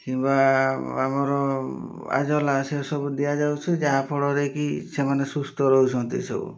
କିମ୍ବା ଆମର ଆଜୋଲା ସେସବୁ ଦିଆଯାଉଛି ଯାହାଫଳରେ କି ସେମାନେ ସୁସ୍ଥ ରହୁଛନ୍ତି ସବୁ